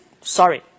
sorry